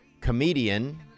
comedian